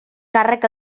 càrrec